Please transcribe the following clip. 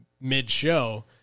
mid-show